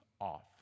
off